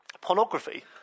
pornography